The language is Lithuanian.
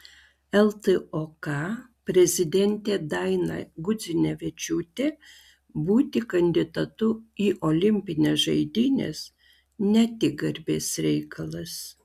ltok prezidentė daina gudzinevičiūtė būti kandidatu į olimpines žaidynes ne tik garbės reikalas